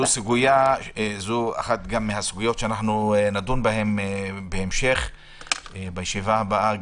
זו אחת הסוגיות שנדון בהן בהמשך בישיבה הבאה.